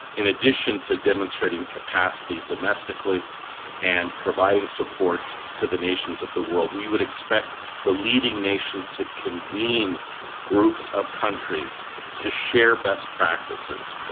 in addition to demonstrating capacity domestically and providing support to the nations of the world, we would expect the leading nation to convene groups of countries to share best practices,